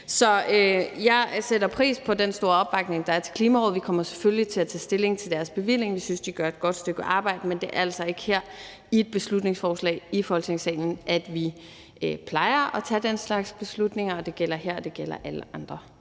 Så jeg sætter pris på den store opbakning, der er til Klimarådet. Vi kommer selvfølgelig til at tage stilling til deres bevilling. Vi synes, de gør et godt stykke arbejde, men det er altså ikke her med et beslutningsforslag i Folketingssalen, at vi plejer at tage den slags beslutninger. Det gælder her, og det gælder for alle andre